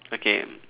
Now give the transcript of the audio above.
okay